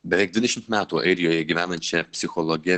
beveik dvidešimt metų airijoje gyvenančia psichologe